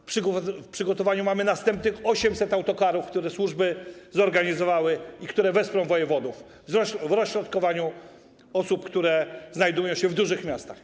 W przygotowaniu mamy następnych 800 autokarów, które służby zorganizowały i które wesprą wojewodów w rozśrodkowaniu osób, które znajdują się w dużych miastach.